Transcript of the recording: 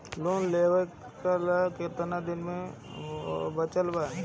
Loan चुकावे ला कितना दिन बचल बा?